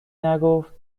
نگفت